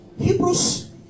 Hebrews